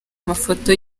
amafoto